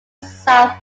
south